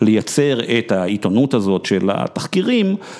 לייצר את העיתונות הזאת של התחקירים.